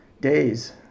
days